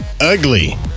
ugly